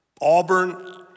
Auburn